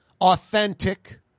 authentic